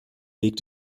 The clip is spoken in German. weg